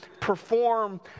perform